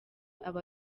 aba